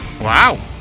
Wow